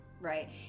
Right